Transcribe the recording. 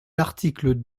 l’article